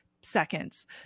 seconds